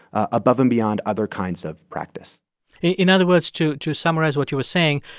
above and beyond other kinds of practice in other words, to to summarize what you were saying,